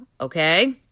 Okay